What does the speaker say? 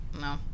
no